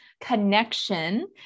connection